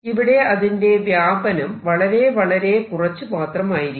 ഇവിടെ അതിന്റെ വ്യാപനം വളരെ വളരെ കുറച്ചു മാത്രമായിരിക്കും